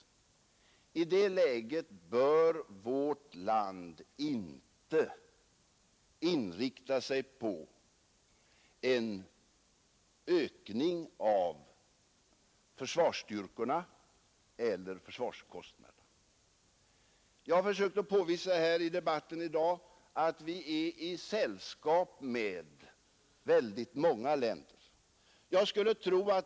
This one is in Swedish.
I det läget bör vårt land inte inrikta sig på en ökning av försvarsstyrkan eller försvarskostnaderna. Jag har tidigare här i dag försökt påvisa att vi har sällskap med väldigt många länder.